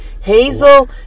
Hazel